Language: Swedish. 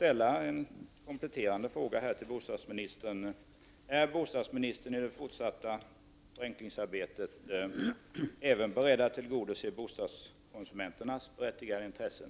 Är bostadsministern i det fortsatta förenklingsarbetet även beredd att tillgodose bostadskonsumenternas berättigade intressen?